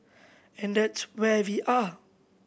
and that's where we are